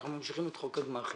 אנחנו ממשיכים את חוק הגמ"חים.